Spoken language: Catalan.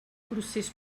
procés